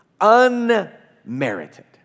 Unmerited